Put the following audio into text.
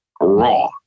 raw